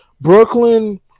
Brooklyn